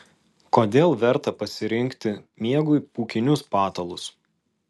kodėl verta pasirinkti miegui pūkinius patalus